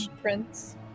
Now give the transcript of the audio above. prince